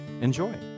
Enjoy